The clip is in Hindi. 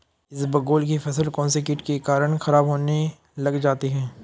इसबगोल की फसल कौनसे कीट के कारण खराब होने लग जाती है?